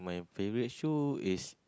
my favorite show is